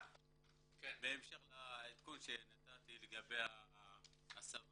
בהמשך לעדכון שנתתי לגבי ההסבה